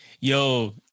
Yo